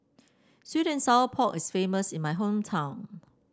sweet and Sour Pork is famous in my hometown